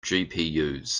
gpus